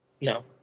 No